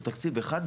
הוא תקציב אחד,